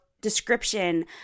description